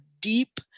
deep